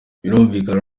birumvikana